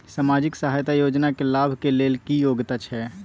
सामाजिक सहायता योजना के लाभ के लेल की योग्यता छै?